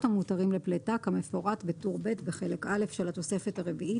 המותרים לפליטה כמפורט בטור ב' בחלק א' של התוספת הרביעית,